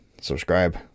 subscribe